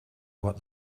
what